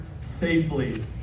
safely